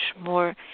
more